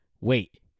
wait